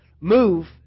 move